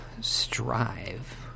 strive